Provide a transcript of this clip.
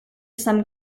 some